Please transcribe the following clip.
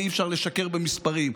ואי-אפשר לשקר במספרים,